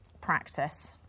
practice